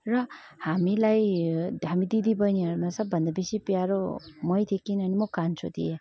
र हामीलाई हामी दिदी बहिनीहरूमा सबभन्दा बेसी प्यारो मै थिएँ किनभने म कान्छो थिएँ